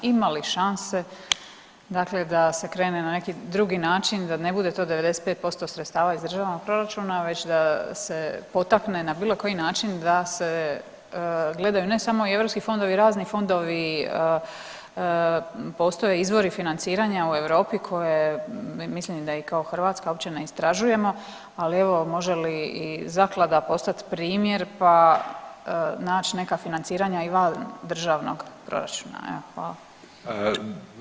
Ima li šanse dakle da se krene na neki drugi način da ne bude to 95% sredstava iz državnog proračuna već da se potakne na bilo koji način da se gledaju ne samo i europski fondovi i razni fondovi, postoje izvori financiranja u Europi koje mislim i da i kao hrvatska općina istražujemo, ali evo može li i zaklada postat primjer, pa nać neka financiranja i van državnog proračuna?